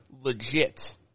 legit